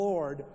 Lord